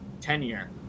tenure